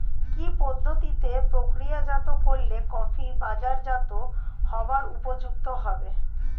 কি পদ্ধতিতে প্রক্রিয়াজাত করলে কফি বাজারজাত হবার উপযুক্ত হবে?